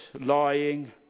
Lying